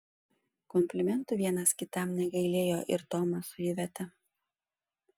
komplimentų vienas kitam negailėjo ir tomas su iveta